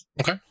Okay